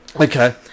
Okay